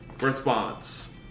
response